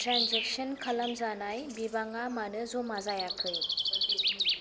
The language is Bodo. ट्रेन्जेकसोन खालामजानाय बिबाङा मानो ज'मा जायाखै